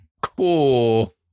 cool